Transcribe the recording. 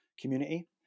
community